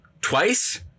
twice